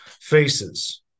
faces